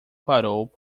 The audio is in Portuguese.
parou